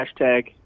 hashtag